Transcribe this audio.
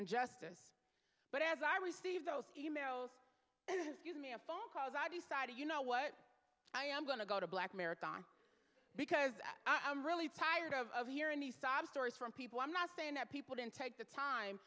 injustice but as i received those e mails and phone calls i decided you know what i am going to go to black marathon because i'm really tired of hearing these sob stories from people i'm not saying that people didn't take the time